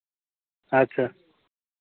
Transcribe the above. ᱟᱪᱪᱷᱟ